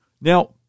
Now